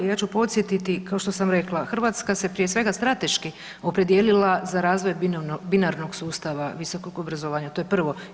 Ja ću podsjetiti, kao što sam rekla, Hrvatska se prije svega, strateški opredijelila za razvoj binarnog sustava visokog obrazovanja, to je prvo.